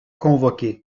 convoqué